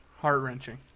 Heart-wrenching